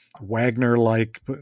Wagner-like